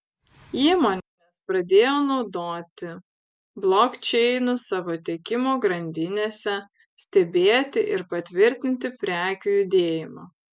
įmonės pradėjo naudoti blokčeinus savo tiekimo grandinėse stebėti ir patvirtinti prekių judėjimą